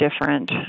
different